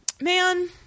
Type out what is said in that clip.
man